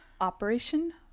Operation